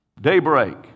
daybreak